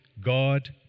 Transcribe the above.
God